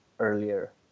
earlier